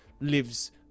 lives